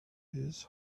his